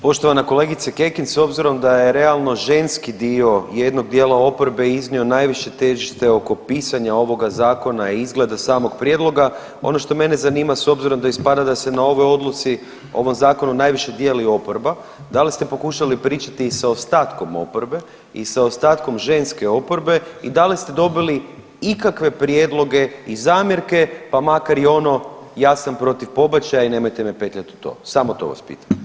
Poštovana kolegice Kekin, s obzorom da je realno ženski dio jednog dijela oporbe iznio najviše težište oko pisanja ovoga zakona i izgleda samog prijedloga, ono što mene zanima s obzirom da ispada da se na ovoj odluci, ovom zakonu najviše dijeli oporba, da li ste pokušali pričati i sa ostatkom oporbe i sa ostatkom ženske oporbe i da li ste dobili ikakve prijedloge i zamjerke pa makar i ono ja sam protiv pobačaja i nemojte me petljat u to samo to vas pitam?